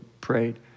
Prayed